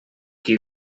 qui